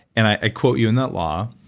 and i quote you in that law.